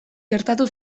gertatu